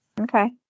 Okay